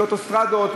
באוטוסטרדות,